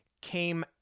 came